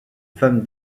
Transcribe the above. femme